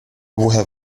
woher